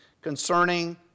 concerning